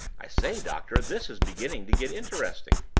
i say, doctor, this is beginning to get interesting!